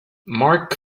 mark